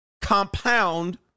compound